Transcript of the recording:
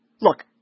Look